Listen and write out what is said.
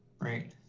Right